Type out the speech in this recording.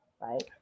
right